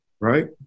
right